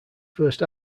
first